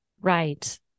Right